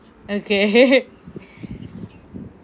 okay